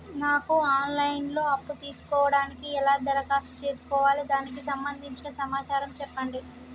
నాకు online లో అప్పు తీసుకోవడానికి ఎలా దరఖాస్తు చేసుకోవాలి దానికి సంబంధించిన సమాచారం చెప్పండి?